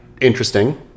interesting